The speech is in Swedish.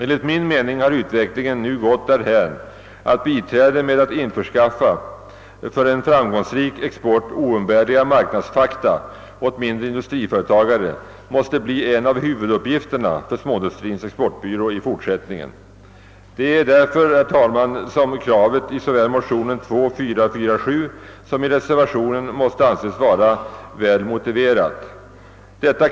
Enligt min mening har utvecklingen nu gått därhän att biträde med att införskaffa de för en framgångsrik export oumbärliga marknadsfakta åt mindre industriföretagare måste bli en av huvuduppgifterna för Småindustrins exportbyrå i fortsättningen. Det är därför som kravet i såväl motionen II: 447 som i reservationen måste anses vara särdeles väl motiverat.